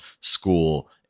school